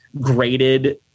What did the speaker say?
graded